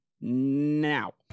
now